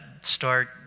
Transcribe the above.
start